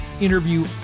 interview